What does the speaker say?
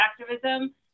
activism